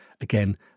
Again